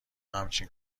همچین